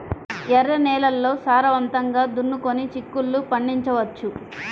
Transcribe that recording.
ఎర్ర నేలల్లో సారవంతంగా దున్నుకొని చిక్కుళ్ళు పండించవచ్చు